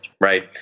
right